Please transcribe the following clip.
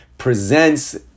presents